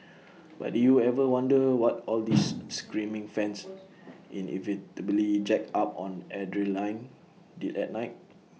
but did you ever wonder what all these screaming fans inevitably jacked up on adrenaline did at night